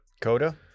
Coda